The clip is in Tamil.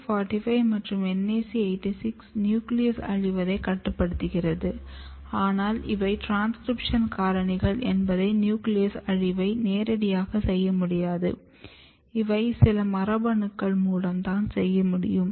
NAC 45 மற்றும் NAC 86 நியூக்ளியஸ் அழிவதை கட்டுப்படுத்துகிறது ஆனால் இவை ட்ரான்ஸ்க்ரிப்ஷன் காரணிகள் என்பதால் நியூக்ளியஸ் அழிவை நேரடியாக செய்யமுடியாது இவை சில மரபணுக்கள் மூலம் தான் செய்ய முடியும்